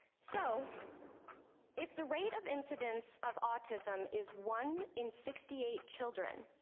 so if the rate of incidents of autism is one in sixty eight children,